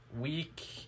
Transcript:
Week